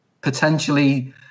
potentially